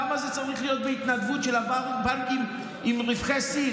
למה זה צריך להיות בהתנדבות של הבנקים עם רווחי שיא?